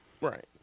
Right